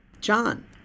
John